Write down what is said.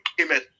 Amen